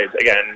again